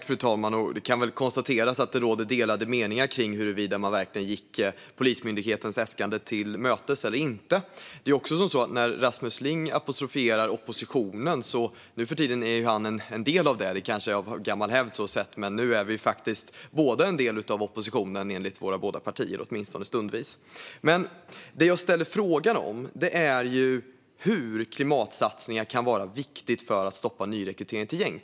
Fru talman! Det kan väl konstateras att det råder delade meningar kring huruvida man verkligen gick Polismyndighetens äskanden till mötes eller inte. Rasmus Ling apostroferar oppositionen, kanske av gammal hävd. Men nu för tiden är han en del av den. Vi är faktiskt båda en del av oppositionen, enligt våra båda partier, åtminstone stundvis. Men det jag frågar om är hur klimatsatsningar kan vara viktiga för att stoppa nyrekrytering till gäng.